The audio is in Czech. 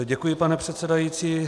Děkuji, pane předsedající.